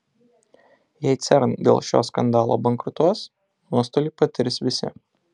jei cern dėl šio skandalo bankrutuos nuostolį patirs visi